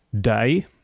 day